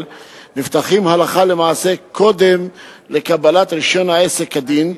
נפתחים הלכה למעשה קודם לקבלת רשיון עסק כדין,